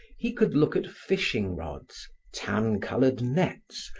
he could look at fishing rods, tan-colored nets,